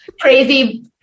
crazy